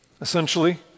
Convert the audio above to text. essentially